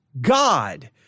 God